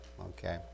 okay